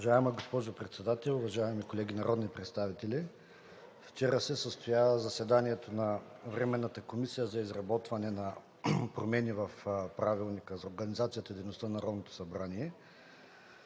Уважаема госпожо Председател, уважаеми колеги, народни представители! Вчера се състоя заседанието на Временната комисия за изработване на промени в Правилника за организацията и дейността на Народното събрание.